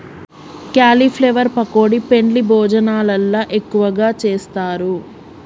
cauliflower pakodi పెండ్లి భోజనాలల్ల ఎక్కువగా చేస్తారు